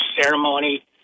ceremony